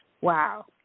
Wow